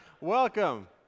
Welcome